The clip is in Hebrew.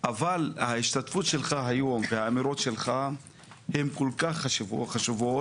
אבל ההשתתפות שלך היום והאמירות שלך הן כה חשובות,